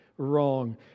wrong